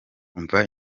umva